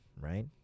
right